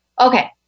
Okay